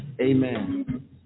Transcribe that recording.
amen